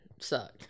suck